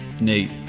Nate